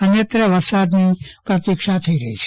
અન્યત્રવરસાદની પ્રતિક્ષા થઈ રહી છે